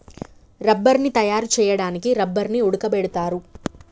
రబ్బర్ని తయారు చేయడానికి రబ్బర్ని ఉడకబెడతారు